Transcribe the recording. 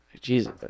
Jesus